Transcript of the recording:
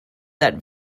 that